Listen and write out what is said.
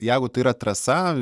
jeigu tai yra trasa